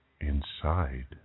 inside